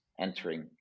entering